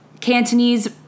Cantonese